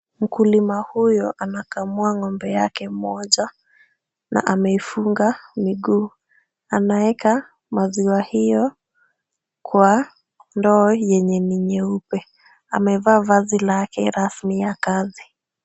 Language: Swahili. Mkulima huyu anakamua ng'ombe wake mmoja. Amefunga miguu. Anaweka maziwa hiyo kwa ndoo yenye ni nyeupe. Amevaa yake rasmi la kazi.